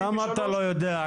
למה אתה לא יודע?